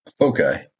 Okay